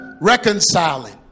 reconciling